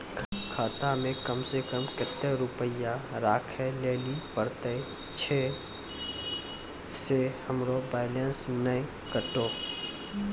खाता मे कम सें कम कत्ते रुपैया राखै लेली परतै, छै सें हमरो बैलेंस नैन कतो?